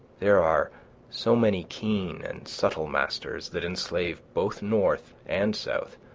there are so many keen and subtle masters that enslave both north and south.